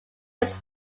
was